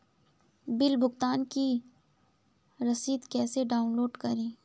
Bill भुगतान की रसीद कैसे डाउनलोड करें?